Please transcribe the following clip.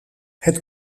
het